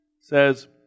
says